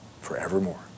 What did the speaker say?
Forevermore